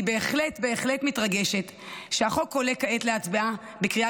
אני בהחלט בהחלט מתרגשת שהחוק עולה כעת להצבעה בקריאה